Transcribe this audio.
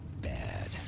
bad